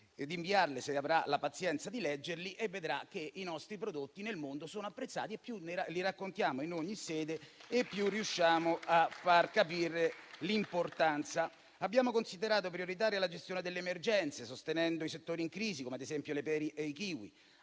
avrà la pazienza di leggerle: così vedrà che i nostri prodotti nel mondo sono apprezzati; e più li raccontiamo in ogni sede e più riusciamo a farne capire l'importanza. Abbiamo considerato prioritaria la gestione delle emergenze, sostenendo i settori in crisi, come ad esempio le pere ed i kiwi.